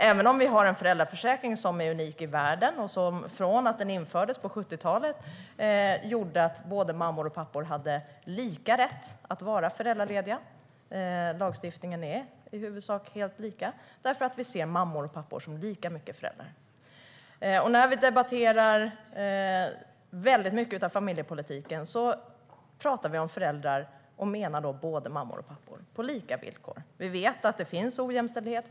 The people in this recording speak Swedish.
Även om vi har en föräldraförsäkring som är unik i världen och som, från att den infördes på 70-talet, har gjort att mammor och pappor har lika rätt att vara föräldralediga. Lagstiftningen är i huvudsak helt lika, därför att vi ser mammor och pappor som lika mycket föräldrar. När vi debatterar mycket av familjepolitiken pratar vi om föräldrar och menar då både mammor och pappor på lika villkor. Vi vet att det finns ojämställdhet.